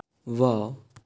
wow